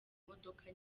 imodoka